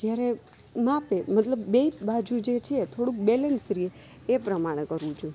જ્યારે માપે મતલબ બે બાજુ જે છે થોડુંક બેલેન્સ રહે એ પ્રમાણે કરવું જોઈએ